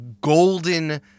golden